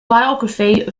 biography